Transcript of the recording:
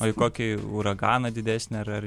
oi kokį uraganą didesnį ar ar